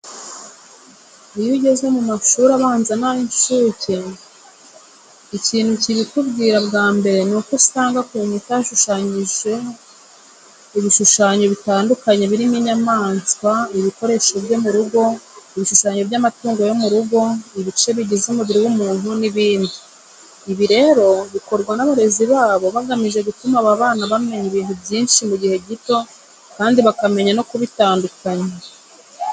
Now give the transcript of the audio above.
Iyo ugeze mu mashuri abanza n'ay'incuke, ikintu kibikubwira bwa mbere ni uko usanga ku nkuta hashushanyijeho ibishushanyo bitandukanye birimo inyamaswa, ibikoresho byo mu rugo, ibishushanyo by'amatungo yo mu rugo, ibice bigize umubiri w'umuntu n'ibindi. Ibi rero bikorwa n'abarezi babo bagamije gutuma aba bana bamenya ibintu byinshi mu gihe gito kandi bakamenya no kubitandukanya.